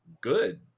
good